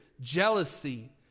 jealousy